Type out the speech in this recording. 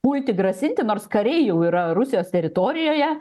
pulti grasinti nors kariai jau yra rusijos teritorijoje